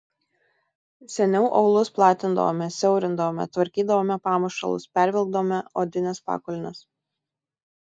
seniau aulus platindavome siaurindavome tvarkydavome pamušalus pervilkdavome odines pakulnes